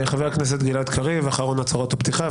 חבר הכנסת גלעד קריב אחרונת הצהרות הפתיחה,